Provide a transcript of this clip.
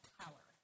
power